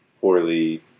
poorly